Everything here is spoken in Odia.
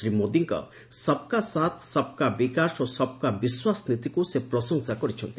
ଶ୍ରୀ ମୋଦୀଙ୍କ ସବ୍କା ସାଥ୍ ସବ୍କା ବିକାଶ ଓ ସବ୍କା ବିଶ୍ୱାସ ନୀତିକୁ ସେ ପ୍ରଶଂସା କରିଛନ୍ତି